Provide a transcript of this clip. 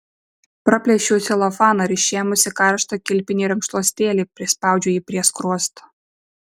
praplėšiau celofaną ir išėmusi karštą kilpinį rankšluostėlį prispaudžiau jį prie skruosto